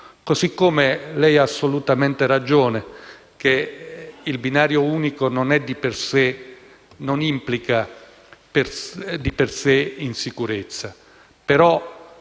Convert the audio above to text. modo lei ha assolutamente ragione nel dire che il binario unico non implica di per sé insicurezza,